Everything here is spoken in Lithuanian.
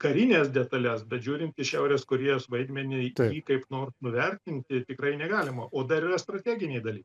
karines detales bet žiūrint į šiaurės korėjos vaidmenį kaip nors nuvertinti tikrai negalima o dar yra strateginiai dalykai